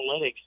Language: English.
analytics